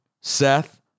Seth